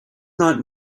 not